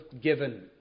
given